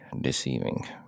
deceiving